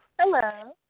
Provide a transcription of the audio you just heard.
Hello